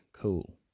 cool